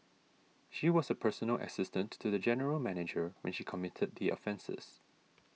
she was a personal assistant to the general manager when she committed the offences